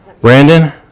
Brandon